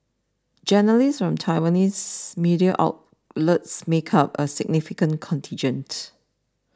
journalists from Taiwanese media outlets make up a significant contingent